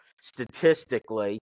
statistically